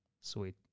Sweet